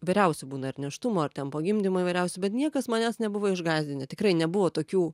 vyriausių būna ir nėštumo ar ten po gimdymų įvairiausių bet niekas manęs nebuvo išgąsdinę tikrai nebuvo tokių